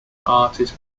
artist